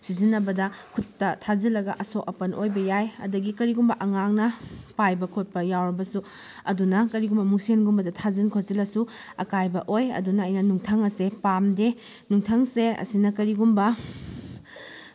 ꯁꯤꯖꯤꯟꯅꯕ ꯈꯨꯠꯗꯇ ꯊꯥꯖꯤꯜꯂꯒ ꯑꯁꯣꯛ ꯑꯄꯟ ꯑꯣꯏꯕ ꯌꯥꯏ ꯑꯗꯨꯗꯒꯤ ꯀꯔꯤꯒꯨꯝꯕ ꯑꯉꯥꯡꯅ ꯄꯥꯏꯕ ꯈꯣꯠꯄ ꯌꯥꯎꯔꯕꯁꯨ ꯑꯗꯨꯅ ꯀꯔꯤꯒꯨꯝꯕ ꯃꯤꯡꯁꯦꯟꯒꯨꯝꯕꯗ ꯊꯥꯖꯤꯟ ꯈꯣꯠꯆꯜꯂꯁꯨ ꯑꯀꯥꯏꯕ ꯑꯣꯏ ꯑꯗꯨꯅ ꯑꯩꯅ ꯅꯨꯡꯊꯪ ꯑꯁꯦ ꯄꯥꯝꯗꯦ ꯅꯨꯡꯊꯪꯁꯦ ꯑꯁꯤꯅ ꯀꯔꯤꯒꯨꯝꯕ